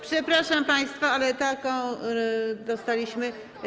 Przepraszam państwa, ale taką dostaliśmy.